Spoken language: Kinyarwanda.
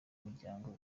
miryango